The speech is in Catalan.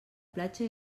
platja